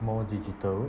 more digital